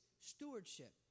stewardship